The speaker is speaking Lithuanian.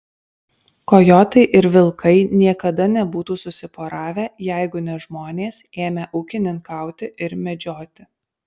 kojotai ir vilkai niekada nebūtų susiporavę jeigu ne žmonės ėmę ūkininkauti ir medžioti